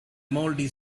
mouldy